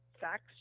facts